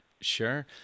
Sure